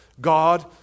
God